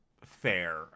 Fair